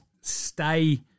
stay